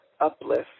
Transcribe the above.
uplift